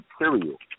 material